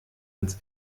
ins